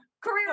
career